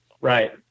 right